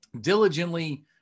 diligently